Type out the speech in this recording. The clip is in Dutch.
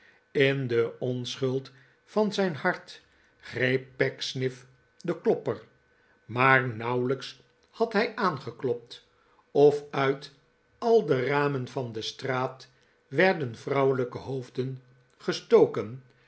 in de onschuld van zijn hart greep pecksniff den klopper maar nauwelijks had hij aangeklopt of uit al de ramen van de straat werden vrouwelijke hoofden gestoken